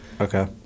Okay